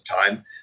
time